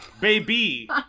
baby